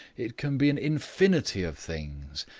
it can be an infinity of things.